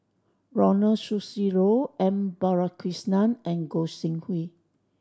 Ronald Susilo M Balakrishnan and Goi Seng Hui